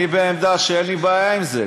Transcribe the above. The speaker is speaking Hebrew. אני בעמדה שאין לי בעיה עם זה.